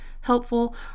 helpful